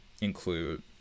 include